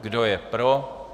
Kdo je pro?